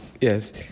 Yes